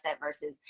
versus